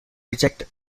reject